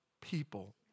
people